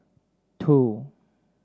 two